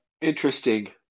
interesting